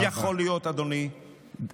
משפט לסיום.